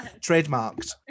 trademarked